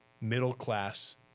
middle-class